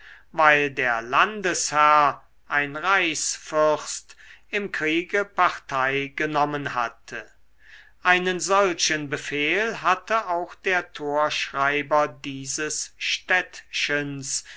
weil der landesherr ein reichsfürst im kriege partei genommen hatte einen solchen befehl hatte auch der torschreiber dieses städtchens